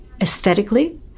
aesthetically